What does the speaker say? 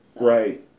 Right